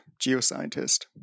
geoscientist